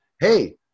Hey